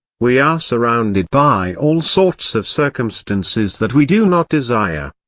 we are surrounded by all sorts of circumstances that we do not desire.